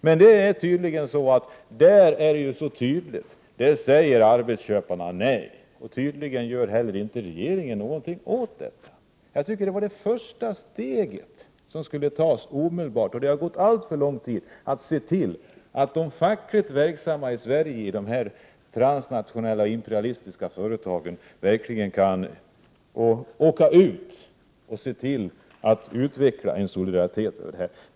Men det är tydligt att arbetsköparna säger nej till det. Tydligen gör heller inte regeringen någonting åt detta. Jag tycker att det borde vara det första steget som skulle tas. Det har gått alltför lång tid när det gäller att se till att de fackligt verksamma i Sverige i de transnationella, imperialistiska företagen verkligen kan åka ut och se till att utveckla en solidaritet.